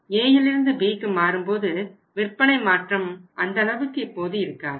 Aயிலிருந்து Bக்கு மாறும்போது விற்பனை மாற்றம் அந்த அளவுக்கு இப்போது இருக்காது